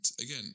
again